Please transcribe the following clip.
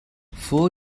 four